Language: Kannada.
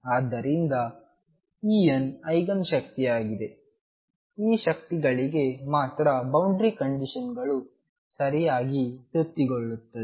ಆದ್ದರಿಂದ En ಐಗನ್ ಶಕ್ತಿಯಾಗಿದೆ ಈ ಶಕ್ತಿಗಳಿಗೆ ಮಾತ್ರ ಬೌಂಡರಿ ಕಂಡೀಶನ್ಗಳು ಸರಿಯಾಗಿ ತೃಪ್ತಿಗೊಳ್ಳುತ್ತವೆ